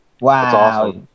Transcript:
Wow